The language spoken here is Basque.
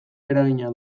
eragina